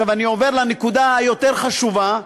אני עובר לנקודה היותר-חשובה,